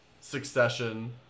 Succession